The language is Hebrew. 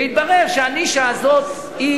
והתברר שהנישה הזאת היא